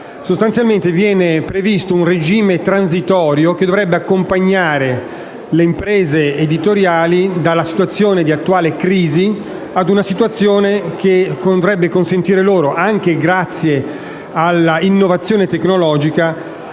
Sostanzialmente viene previsto un regime transitorio che dovrebbe accompagnare le imprese editoriali dalla situazione di attuale crisi a una situazione che dovrebbe consentire loro, anche grazie all'innovazione tecnologica,